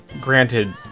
granted